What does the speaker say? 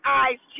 eyes